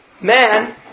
Man